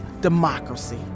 democracy